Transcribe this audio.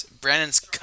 Brandon's